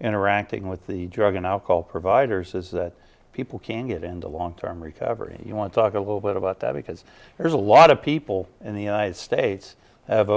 interacting with the drug and alcohol providers is that people can get into long term recovery you want to talk a little bit about that because there's a lot of people in the united states have